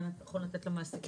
היה נכון לתת למעסיקים,